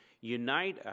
unite